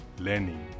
learning